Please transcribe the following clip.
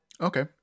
Okay